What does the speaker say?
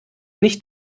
nicht